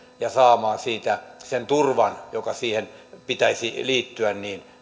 ja saamaan siitä sen turvan joka siihen pitäisi liittyä